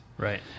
Right